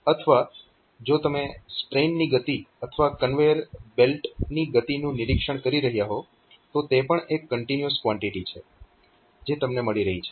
અથવા જો તમે સ્ટ્રેઇન ની ગતિ અથવા કન્વેયર બેલ્ટ ની ગતિનું નિરીક્ષણ કરી રહ્યાં હો તો તે પણ એક કન્ટીન્યુઅસ કવાન્ટીટી છે જે તમને મળી રહી છે